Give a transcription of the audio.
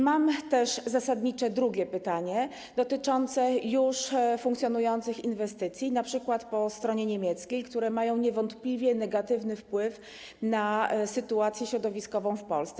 Mam też drugie pytanie, zasadnicze pytanie dotyczące już funkcjonujących inwestycji, np. po stronie niemieckiej, które mają niewątpliwie negatywny wpływ na sytuację środowiskową w Polsce.